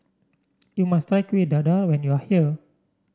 you must try Kueh Dadar when you are here